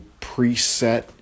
preset